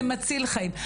זה מציל חיים.